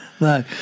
No